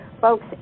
Folks